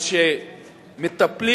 אז כשמטפלים